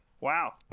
Wow